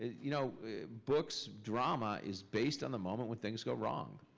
you know books, drama, is based on the moment when things go wrong.